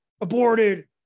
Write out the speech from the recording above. aborted